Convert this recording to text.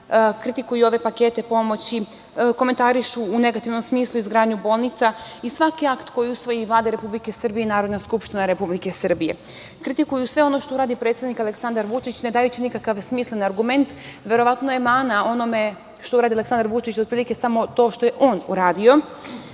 kritikuju ove pakete pomoći, komentarišu u negativnom smislu izgradnju bolnica i svaki akt koji usvoji Vlada Republike Srbije i Narodna skupština Republike Srbije. Kritikuju sve ono što uradi predsednik Aleksandar Vučić, ne dajući nikakav smislen argument. Verovatno je mana onome što uradi Aleksandar Vučić otprilike samo to što je on uradio.